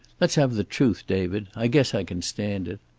let's have the truth, david. i guess i can stand it.